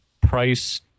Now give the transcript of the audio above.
price